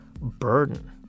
burden